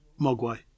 Mogwai